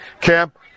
camp